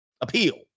Appeal